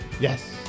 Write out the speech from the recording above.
Yes